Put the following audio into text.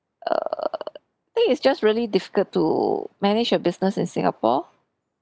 err think it's just really difficult to manage a business in singapore